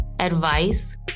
advice